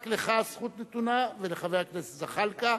רק לך הזכות נתונה, ולחבר הכנסת זחאלקה,